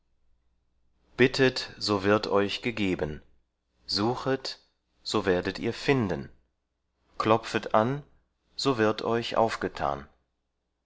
bittet so wird euch gegeben suchet so werdet ihr finden klopfet an so wird euch aufgetan